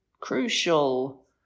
crucial